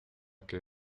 que